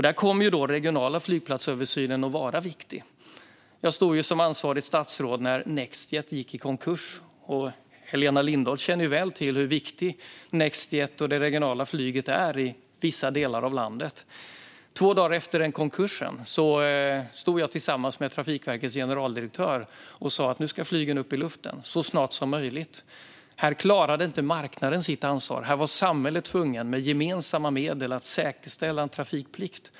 Där kommer den regionala flygplatsöversynen att vara viktig. Jag var ansvarigt statsråd när Nextjet gick i konkurs. Helena Lindahl känner väl till hur viktigt Nextjet och det regionala flyget är i vissa delar av landet. Två dagar efter konkursen stod jag tillsammans med Trafikverkets generaldirektör och sa att flygen skulle upp i luften så snart som möjligt. Här klarade inte marknaden sitt ansvar, utan samhället var tvunget att med gemensamma medel säkerställa en trafikplikt.